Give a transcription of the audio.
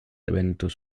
eventos